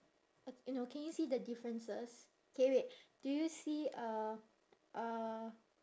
uh eh no can you see the differences K wait do you see uh uh